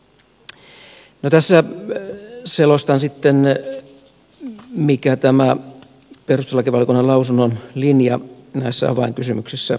no tässä selostan sitten mikä perustuslakivaliokunnan lausunnon linja näissä avainkysymyksissä oli